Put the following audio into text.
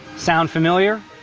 sound familiar?